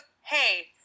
hey